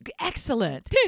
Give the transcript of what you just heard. excellent